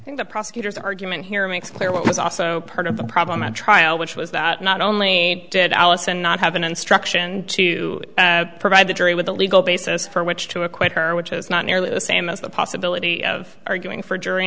you in the prosecutor's argument here makes clear what was also part of the problem at trial which was that not only did alison not have an instruction to provide the jury with a legal basis for which to acquit her which is not nearly the same as the possibility of arguing for jury